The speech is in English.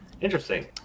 Interesting